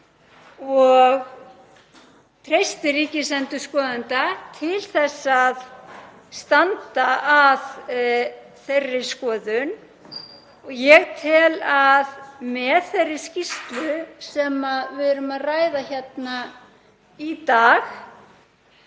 og treysti ríkisendurskoðanda til að standa að þeirri skoðun. Ég tel að með þeirri skýrslu sem við erum að ræða hérna í dag